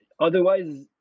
otherwise